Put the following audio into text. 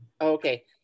okay